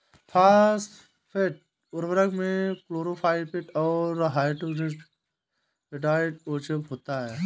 phosphate उर्वरक में fluorapatite और हाइड्रोक्सी एपेटाइट ओएच होता है